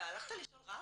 אתה הלכת לשאול רב?